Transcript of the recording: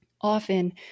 Often